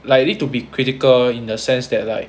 like it need to be critical in the sense that like